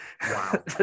Wow